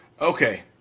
Okay